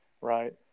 right